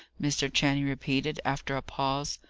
mr. channing repeated, after a pause.